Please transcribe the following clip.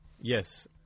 Yes